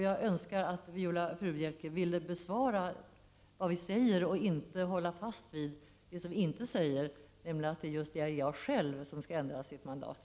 Jag önskar att Viola Furubjelke ville besvara vad vi säger och inte hålla fast vid vad vi inte säger, nämligen att IAEA självt skall ändra sitt mandat.